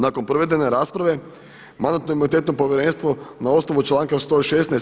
Nakon provedene rasprave Mandatno-imunitetno povjerenstvo na osnovu članka 116.